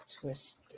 twist